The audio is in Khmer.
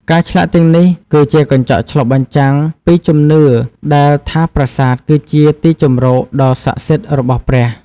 ការឆ្លាក់ទាំងនេះគឺជាកញ្ចក់ឆ្លុះបញ្ចាំងពីជំនឿដែលថាប្រាសាទគឺជាទីជម្រកដ៏ស័ក្តិសិទ្ធិរបស់ព្រះ។